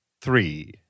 three